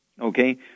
Okay